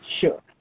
Sure